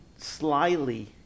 Slyly